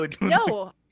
No